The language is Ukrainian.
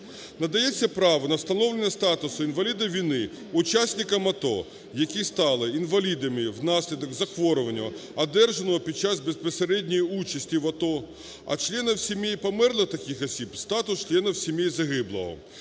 Надається право на встановлення статусу інваліда війни учасникам АТО, які стали інвалідами внаслідок захворювання, одержаного під час безпосередньої участі в АТО, а членів сімей померлих таких осіб - статус членів сім'ї загиблого.